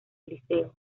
liceo